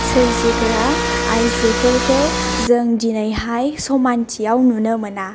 सोरजिग्रा आयजोफोरखौ जों दिनैहाय समानथियाव नुनो मोना